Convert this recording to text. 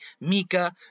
Mika